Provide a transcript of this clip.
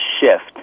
shift